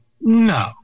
no